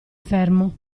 fermo